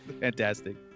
fantastic